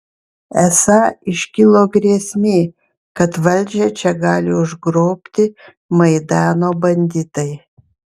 esą iškilo grėsmė kad valdžią čia gali užgrobti maidano banditai